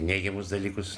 neigiamus dalykus